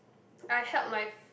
I help my